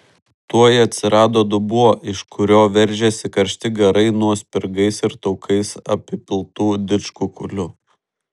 tuoj atsirado dubuo iš kurio veržėsi karšti garai nuo spirgais ir taukais apipiltų didžkukulių